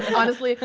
honestly,